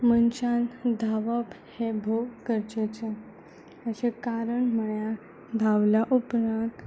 मनशान धांवप हें भोव गरजेचें हाचें कारण म्हणल्यार धांवल्या उपरांत